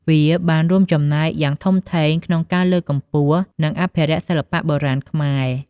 វាបានរួមចំណែកយ៉ាងធំធេងក្នុងការលើកកម្ពស់និងអភិរក្សសិល្បៈបុរាណខ្មែរ។